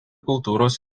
kultūros